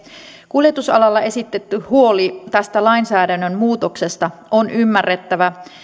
kuljetusalalla esitetty huoli tästä lainsäädännön muutoksesta on ymmärrettävä